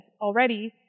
already